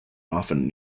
often